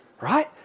Right